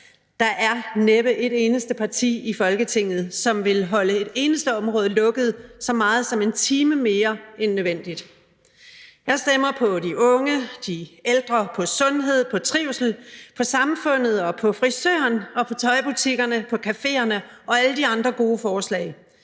Der er næppe et eneste parti i Folketinget, som vil holde et eneste område lukket så meget som 1 time mere end nødvendigt. Jeg stemmer på de unge, de ældre, på sundhed, på trivsel, på samfundet, på frisøren, på tøjbutikkerne, på caféerne og på alle de andre gode forslag.